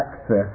access